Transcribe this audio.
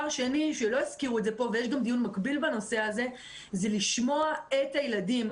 שלא הזכירו פה זה לשמוע את הילדים.